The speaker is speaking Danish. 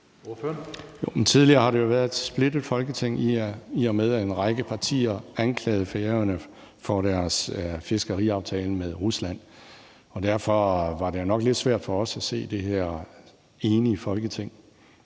tidligere har det jo været et splittet Folketing, i og med at en række partier anklagede Færøerne for deres fiskeriaftale med Rusland. Og derfor var det nok lidt svært for os at se det her enige Folketing.